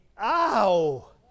ow